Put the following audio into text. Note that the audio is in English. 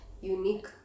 unique